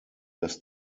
dass